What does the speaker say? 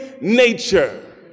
nature